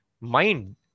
mind